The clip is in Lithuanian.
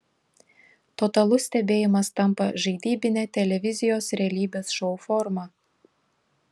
totalus stebėjimas tampa žaidybine televizijos realybės šou forma